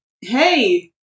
Hey